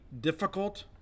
difficult